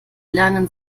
lernen